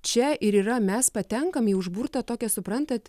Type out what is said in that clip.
čia ir yra mes patenkam į užburtą tokią suprantat